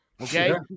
okay